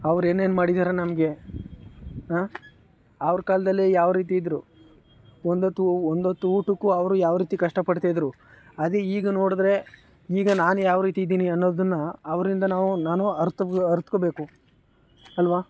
ಅವ್ರು ಏನೇನು ಮಾಡಿದ್ದಾರೆ ನಮಗೆ ಹಾಂ ಅವ್ರ ಕಾಲದಲ್ಲಿ ಯಾವ ರೀತಿ ಇದ್ದರು ಒಂದೊತ್ತು ಒಂದೊತ್ತು ಊಟಕ್ಕು ಅವರು ಯಾವ ರೀತಿ ಕಷ್ಟ ಪಡ್ತಿದ್ದರು ಅದೇ ಈಗ ನೋಡಿದ್ರೆ ಈಗ ನಾನು ಯಾವ ರೀತಿ ಇದ್ದೀನಿ ಅನ್ನೋದನ್ನು ಅವರಿಂದ ನಾವೂ ನಾನು ಅರ್ತು ಅರಿತ್ಕೊಳ್ಬೇಕು ಅಲ್ವ